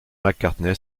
mccartney